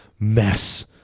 mess